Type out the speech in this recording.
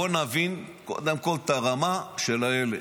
בוא נבין קודם כל את הרמה של הילד.